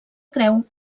creu